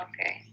okay